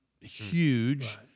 huge